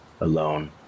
alone